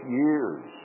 years